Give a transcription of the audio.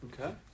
Okay